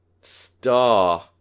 star